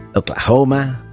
oklahoma,